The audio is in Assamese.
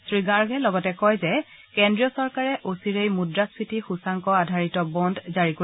শ্ৰীগাৰ্গে লগতে কয় যে কেন্দ্ৰীয় চৰকাৰে অচিৰেই মুদ্ৰাক্ষীতি সূচাংক আধাৰিত বণ্ড জাৰি কৰিব